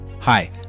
Hi